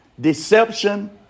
deception